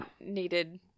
needed